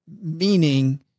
meaning